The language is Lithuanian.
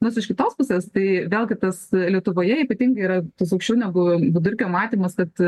nors iš kitos pusės tai vėlgi tas lietuvoje ypatingai yra tas aukščiau negu vidurkio matymas kad